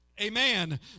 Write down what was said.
Amen